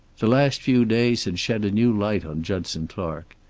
the last few days had shed a new light on judson clark.